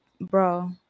bro